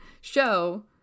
show